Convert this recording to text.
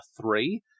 three